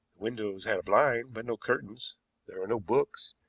window had a blind, but no curtains there were no books,